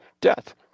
death